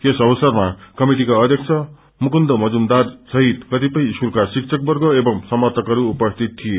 यस अवसरमा कमिटिका अध्यक्ष मुकुन्द मजुमदार सहित कतिपय स्कूलका विक्षकवर्ग एवं समर्थकहरू उपस्थित थिए